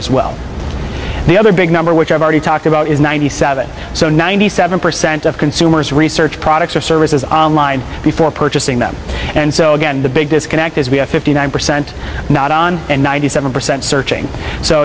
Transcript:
as well the other big number which i've already talked about is ninety seven so ninety seven percent of consumers research products or services online before purchasing them and so again the big disconnect is we have fifty nine percent not on and ninety seven percent searching so